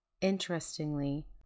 Interestingly